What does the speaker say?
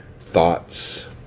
thoughts